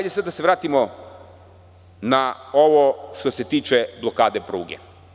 Da se vratimo na ovo što se tiče blokade pruge.